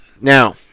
Now